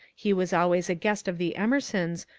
he was always a guest of the emersons,